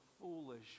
foolish